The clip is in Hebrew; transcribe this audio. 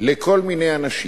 לכל מיני אנשים.